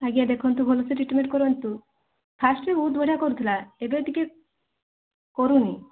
ଆଜ୍ଞା ଦେଖନ୍ତୁ ଭଲ ସେ ଟ୍ରିଟମେଣ୍ଟ କରନ୍ତୁ ଫାର୍ଷ୍ଟରେ ବହୁତ ବଢ଼ିଆ କରୁଥିଲା ଏବେ ଟିକେ କରୁନି